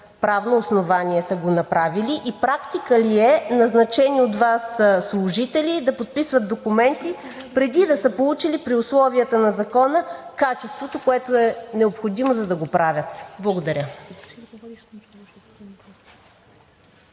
правно основание са го направили и практика ли е назначени от Вас служители да подписват документи преди да са получили при условията на закона качеството, което е необходимо, за да го правят? Благодаря.